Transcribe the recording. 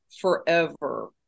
forever